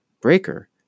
Breaker